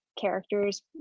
characters